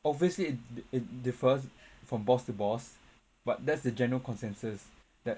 obviously it it differs from boss to boss but that's the general consensus that